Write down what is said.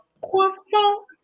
croissant